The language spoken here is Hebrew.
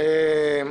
היושב-ראש.